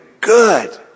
Good